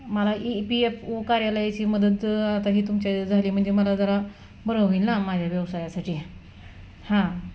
मला E P F O कार्यालयाची मदत आता हे तुमच्या झाली म्हणजे मला जरा बरं होईल ना माझ्या व्यवसायासाठी हां